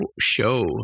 show